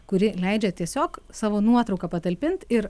kuri leidžia tiesiog savo nuotrauką patalpint ir